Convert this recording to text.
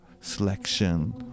selection